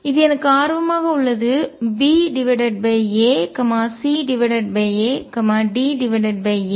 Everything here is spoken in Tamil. இது எனக்கு ஆர்வமாக உள்ளது BA CA DA